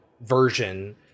version